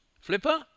Flipper